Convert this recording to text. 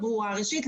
ראשית,